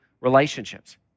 relationships